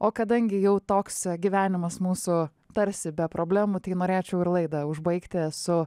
o kadangi jau toks gyvenimas mūsų tarsi be problemų tai norėčiau ir laidą užbaigti su